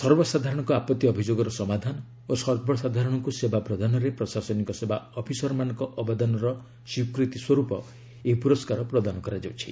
ସର୍ବସାଧାରଣଙ୍କ ଆପତ୍ତି ଅଭିଯୋଗର ସମାଧାନ ଓ ସର୍ବସାଧାରଣଙ୍କୁ ସେବା ପ୍ରଦାନରେ ପ୍ରଶାସନିକ ସେବା ଅଫିସରମାନଙ୍କ ଅବଦାନର ସ୍ୱୀକୃତି ସ୍ୱରୂପ ଏହି ପୁରସ୍କାର ପ୍ରଦାନ କରାଯାଉଛି